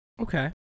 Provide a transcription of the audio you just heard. Okay